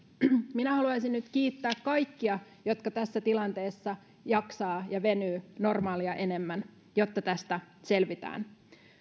minä haluaisin nyt kiittää kaikkia jotka tässä tilanteessa jaksavat ja venyvät normaalia enemmän jotta tästä selvitään